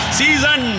season